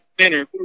center